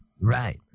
Right